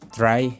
try